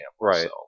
right